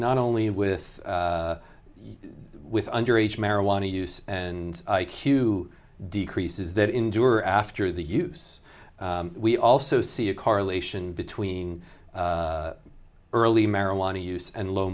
not only with you with under age marijuana use and i q decreases that endure after the use we also see a correlation between early marijuana use and low